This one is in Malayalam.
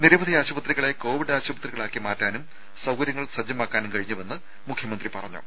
നിരവധി ആശുപത്രികളെ കോവിഡ് ആശുപത്രികളാക്കി മാറ്റാനും സൌകര്യങ്ങൾ സജ്ജമാക്കാനും കഴിഞ്ഞുവെന്നും മുഖ്യമന്ത്രി പറഞ്ഞു